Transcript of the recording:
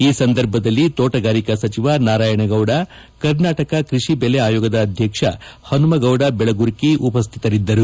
ಈ ಸಂದರ್ಭದಲ್ಲಿ ತೋಣಗಾರಿಕಾ ಸಚಿವ ನಾರಾಯಣಗೌದ ಕರ್ನಾಟಕ ಕೃಷಿ ಬೆಲೆ ಆಯೋಗದ ಅಧ್ಯಕ್ಷ ಹನುಮಗೌಡ ಬೆಳಗುರ್ಕಿ ಉಪಸ್ಥಿತರಿದ್ದರು